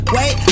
Wait